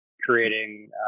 creating